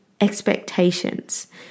expectations